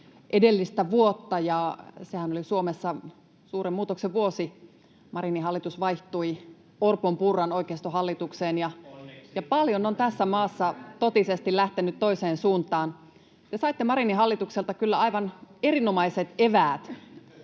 edellistä vuotta, ja sehän oli Suomessa suuren muutoksen vuosi. Marinin hallitus vaihtui Orpon—Purran oikeistohallitukseen, [Timo Heinonen: Onneksi!] ja paljon on tässä maassa totisesti lähtenyt toiseen suuntaan. Te saitte Marinin hallitukselta kyllä aivan erinomaiset eväät